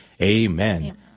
Amen